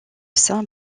saint